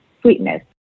Sweetness